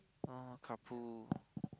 oh carpool